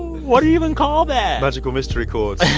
what do you even call that? magical mystery chords